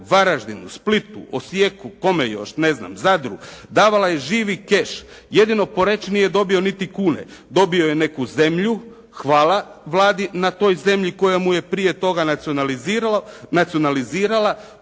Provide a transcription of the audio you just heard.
Varaždinu, Splitu, Osijeku, kome još? Ne znam, Zadru, davala je živi keš. Jedino Poreč nije dobio niti kune. Dobio je neku zemlju, hvala Vladi na toj zemlji koja mu je prije toga nacionalizirala,